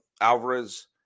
Alvarez